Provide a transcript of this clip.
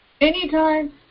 Anytime